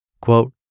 Quote